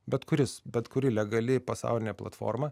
bet kuris bet kuri legali pasaulinė platforma